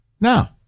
Now